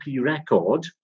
record